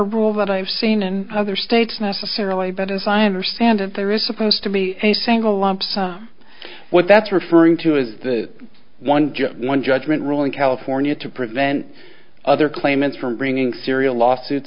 a rule but i've seen in other states necessarily but as i understand it there is supposed to be a single lump sum what that's referring to is the one just one judgment ruling california to prevent other claimants from bringing cereal lawsuits